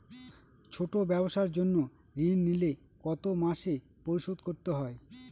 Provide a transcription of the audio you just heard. ছোট ব্যবসার জন্য ঋণ নিলে কত মাসে পরিশোধ করতে হয়?